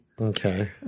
Okay